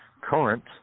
current –